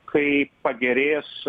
kai pagerės